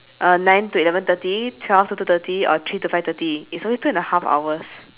uh nine to eleven thirty twelve to two thirty or three to five thirty is only two and a half hours